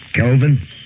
Kelvin